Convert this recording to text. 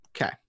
Okay